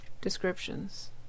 descriptions